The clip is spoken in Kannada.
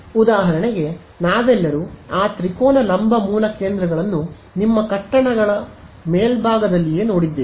ಉದಾಹರಣೆಗೆ ನಾವೆಲ್ಲರೂ ಆ ತ್ರಿಕೋನ ಲಂಬ ಮೂಲ ಕೇಂದ್ರಗಳನ್ನು ನಿಮ್ಮ ಕಟ್ಟಡಗಳ ಮೇಲ್ಭಾಗದಲ್ಲಿಯೇ ನೋಡಿದ್ದೇವೆ